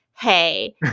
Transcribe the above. Hey